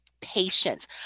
patience